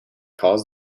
cause